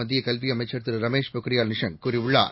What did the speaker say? மத்திய கல்வி அமைச்சர் திரு ரமேஷ் பொன்ரியால் கூறியுள்ளார்